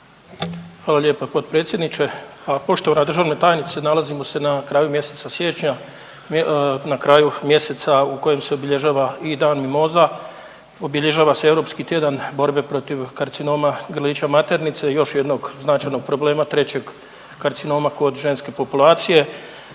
Hvala lijepa potpredsjedniče. Pa poštovana državna tajnice, nalazimo se na kraju mjeseca siječnja, na kraju mjeseca u kojem se obilježava i Dan mimoza, obilježava se Europski tjedan borbe protiv karcinoma grlića maternice i još jednog značajnog problema trećeg karcinoma kod ženske populacije.